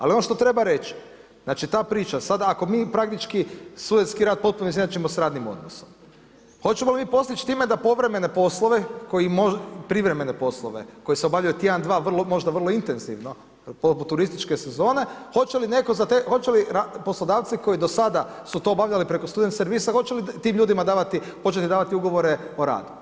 Ali ono što treba reći, znači ta priča, sada ako mi praktički studentski rad potpuno izjednačimo sa radnim odnosom, hoćemo li mi postići time da povremene poslove koje, privremene poslove koji se obavljaju tjedan, dva, možda vrlo intenzivno poput turističke sezone, hoće li netko, hoće li poslodavci koji do sada su to obavljali preko student servisa hoće li tim ljudima davati, hoće li davati ugovore o radu?